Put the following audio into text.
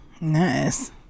nice